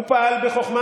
הוא פעל בחוכמה,